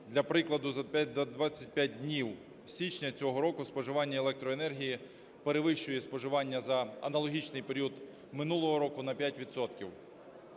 Для прикладу: за 25 днів січня цього року споживання електроенергії перевищує споживання за аналогічний період минулого року на